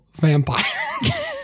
vampire